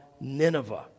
Nineveh